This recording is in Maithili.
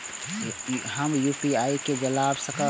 हम यू.पी.आई के चला सकब?